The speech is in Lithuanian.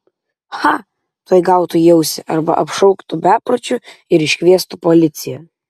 cha tuoj gautų į ausį arba apšauktų bepročiu ir iškviestų policiją